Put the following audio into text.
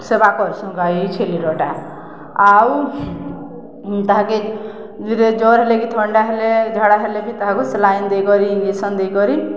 ସେବା କର୍ସୁଁ ଗାଈ ଛେଲିରଟା ଆଉ ତାହାକେରେ ଜର୍ ହେଲେ କି ଥଣ୍ଡା ହେଲେ ଝାଡ଼ା ହେଲେ ବି ତାହାକୁ ସେଲାଇନ୍ ଦେଇକରି ଇଞ୍ଜେକ୍ସନ୍ ଦେଇକରି